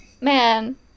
Man